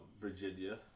Virginia